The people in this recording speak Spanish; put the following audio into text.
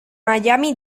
miami